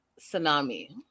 Tsunami